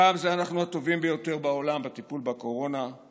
פעם זה "אנחנו הטובים ביותר בעולם בטיפול בקורונה";